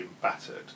battered